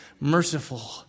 merciful